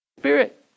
Spirit